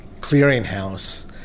clearinghouse